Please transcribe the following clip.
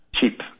cheap